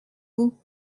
vous